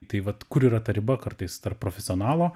tai vat kur yra ta riba kartais tarp profesionalo